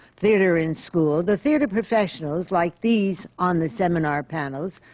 theatre in school, the theatre professionals, like these on the seminar panels,